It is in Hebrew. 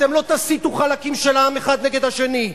אתם לא תסיתו חלקים של עם האחד נגד השני.